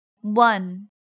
One